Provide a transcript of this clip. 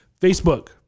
Facebook